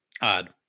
odd